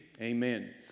Amen